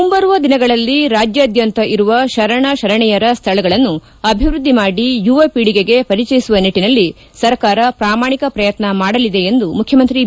ಮುಂಬರುವ ದಿನಗಳಲ್ಲಿ ರಾಜ್ಯಾದ್ಯಂತ ಇರುವ ಶರಣ ಶರಣೆಯರ ಸ್ಥಳಗಳನ್ನು ಅಭಿವೃದ್ದಿ ಮಾಡಿ ಯುವ ಪೀಳಗೆಗೆ ಪರಿಚಯಿಸುವ ನಿಟ್ಟನಲ್ಲಿ ಸರ್ಕಾರ ಪ್ರಾಮಾಣಿಕ ಪ್ರಯತ್ನ ಮಾಡಲಿದೆ ಎಂದು ಮುಖ್ಯಮಂತ್ರಿ ಬಿ